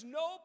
no